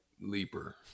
leaper